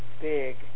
big